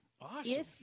Awesome